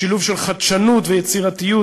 בשילוב של חדשנות ויצירתיות,